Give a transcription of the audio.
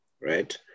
right